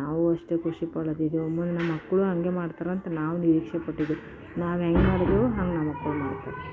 ನಾವು ಅಷ್ಟೇ ಖುಷಿ ಪಡೊದಿದೇನೊ ನಮ್ಮ ಮಕ್ಕಳು ಹಾಗೆ ಮಾಡ್ತಾರಂತ ನಾವು ನಿರೀಕ್ಷೆ ಪಟ್ಟಿದ್ದೆವು ನಾವು ಹೆಂಗೆ ಮಾಡಿದರೂ ಹಂಗೆ ಮಕ್ಕಳು ಮಾಡ್ತಾರೆ